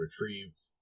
retrieved